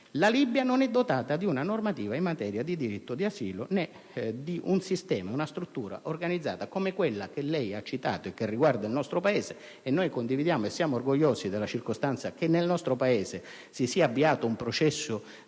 la Libia non è dotata di una normativa in materia di diritto d'asilo né di una struttura organizzata come quella che lei ha citato, che riguarda il nostro Paese. Noi condividiamo e siamo orgogliosi del fatto che in Italia si sia avviato un processo di